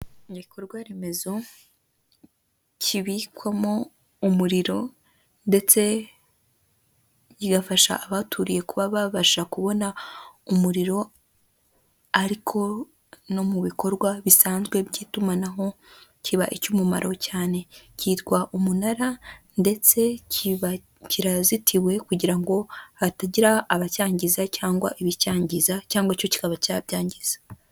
Igikorwaremezo kibikwamo umuriro ndetse kigafasha abaturiye kuba babasha kubona umuriro ariko no mu bikorwa bisanzwe by'itumanaho, kiba icy'umumaro cyane, kitwa umunara ndetse kirazitiwe kugira ngo hatagira abacyangiza cyangwa ibicyangiza cyangwa icyo kikaba cyabyangiza.